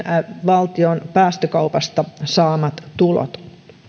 valtion päästökaupasta saamat tulot